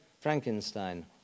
Frankenstein